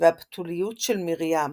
והבתוליות של מרים,